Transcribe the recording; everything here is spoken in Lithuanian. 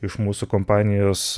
iš mūsų kompanijos